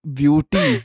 beauty